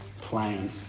plain